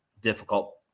difficult